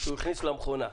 שהכניס למכונה.